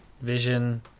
Vision